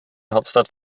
hauptstadt